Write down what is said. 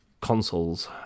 consoles